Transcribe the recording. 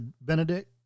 Benedict